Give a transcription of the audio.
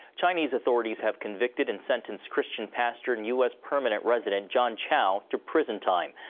chinese authorities have convicted and sentenced christian pastor and u s. permanent resident john cho to prison time.